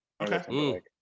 Okay